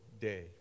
day